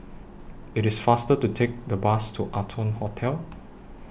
IT IS faster to Take The Bus to Arton Hotel